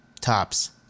Tops